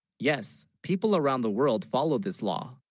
yes people around the world follow this law,